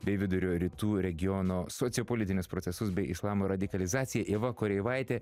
bei vidurio rytų regiono sociopolitinius procesus bei islamo radikalizaciją ieva koreivaitė